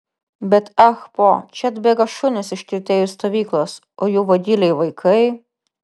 bet ah po čia atbėga šunys iš kirtėjų stovyklos o jų vagiliai vaikai